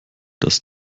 dass